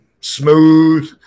smooth